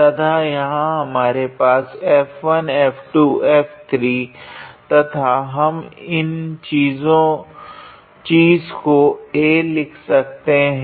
तथा यहाँ हमारे पास F1F2F3 तथा हम इस चीज को a लिख सकते है